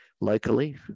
locally